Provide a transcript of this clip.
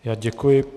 Já děkuji.